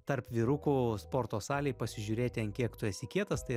tarp vyrukų sporto salėj pasižiūrėti ant kiek tu esi kietas tai